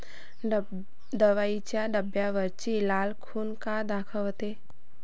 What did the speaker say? दवाईच्या डब्यावरची लाल खून का दाखवते?